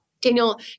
Daniel